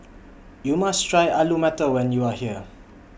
YOU must Try Alu Matar when YOU Are here